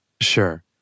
sure